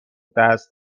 دست